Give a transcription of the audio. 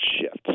shifts